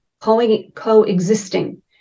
coexisting